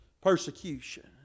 persecution